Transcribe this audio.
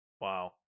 Wow